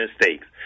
mistakes